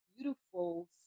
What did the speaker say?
beautiful